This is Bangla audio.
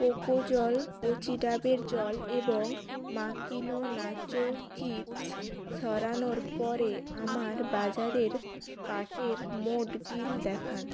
কোকোজল কচি ডাবের জল এবং মাকিনো নাচো চিপস সরানোর পরে আমার বাজারের কার্টের মোট বিল দেখান